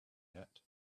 yet